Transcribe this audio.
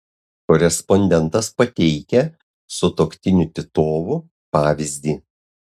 korespondentas pateikia sutuoktinių titovų pavyzdį